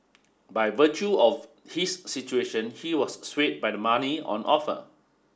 by virtue of his situation he was swayed by the money on offer